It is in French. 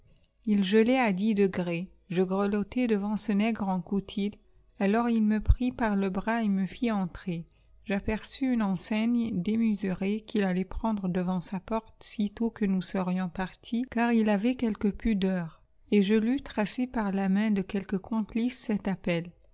ii gelait à dix degrés je grelottais devant ce nègre en coutil alors il me prit par le bras et me fit entrer j'aperçus une enseigne démesurée qu'il allait pendre devant sa porte sitôt que nous serions partis car il avait quelque pudeur et je lus tracé par la main de quelque complice cet appel